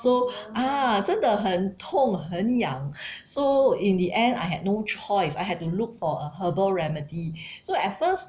so ah 真的很痛很痒 so in the end I had no choice I had to look for a herbal remedy so at first